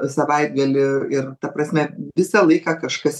savaitgalį ir ta prasme visą laiką kažkas